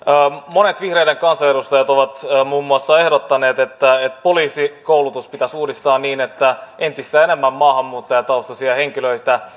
monet vihreiden kansanedustajat ovat muun muassa ehdottaneet että poliisikoulutus pitäisi uudistaa niin että entistä enemmän maahanmuuttajataustaisia henkilöitä